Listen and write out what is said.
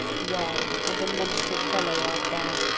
why, what a monstrous fellow art thou,